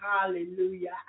hallelujah